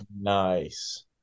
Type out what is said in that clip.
Nice